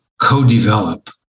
co-develop